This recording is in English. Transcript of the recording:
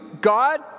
God